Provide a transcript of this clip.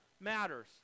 matters